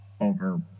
over